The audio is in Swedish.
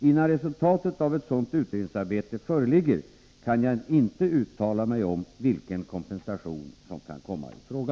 Innan resultatet av ett sådant utredningsarbete föreligger kan jag inte uttala mig om vilken kompensation som kan komma i fråga.